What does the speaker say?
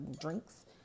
drinks